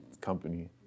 company